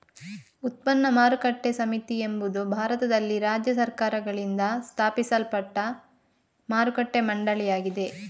ಉತ್ಪನ್ನ ಮಾರುಕಟ್ಟೆ ಸಮಿತಿ ಎಂಬುದು ಭಾರತದಲ್ಲಿ ರಾಜ್ಯ ಸರ್ಕಾರಗಳಿಂದ ಸ್ಥಾಪಿಸಲ್ಪಟ್ಟ ಮಾರುಕಟ್ಟೆ ಮಂಡಳಿಯಾಗಿದೆ